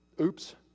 Oops